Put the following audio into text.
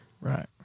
Right